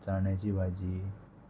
चण्यांची भाजी